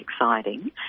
exciting